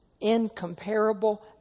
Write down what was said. incomparable